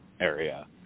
area